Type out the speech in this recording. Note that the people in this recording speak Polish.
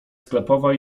sklepowa